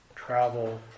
travel